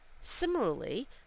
Similarly